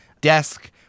desk